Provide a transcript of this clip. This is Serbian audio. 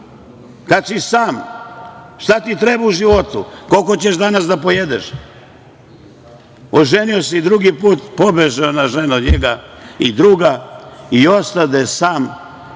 kad si sam. Šta ti treba u životu, koliko ćeš danas da pojedeš. Oženio se i drugi put, pobeže ona žena od njega, i ostade sam